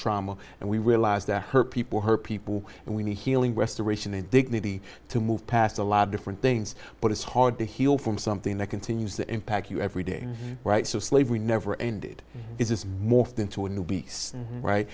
trauma and we realize that her people her people and we need healing restoration and dignity to move past a lot of different things but it's hard to heal from something that continues to impact you every day right so slavery never ended is morphed into a new beast right